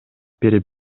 берип